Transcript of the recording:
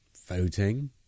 voting